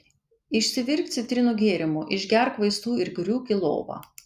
išsivirk citrinų gėrimo išgerk vaistų ir griūk į lovą